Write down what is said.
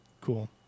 Cool